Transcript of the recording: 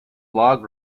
log